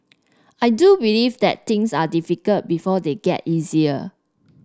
I do believe that things are difficult before they get easier